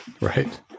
Right